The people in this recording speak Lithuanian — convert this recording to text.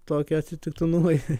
tokie atsitiktinumai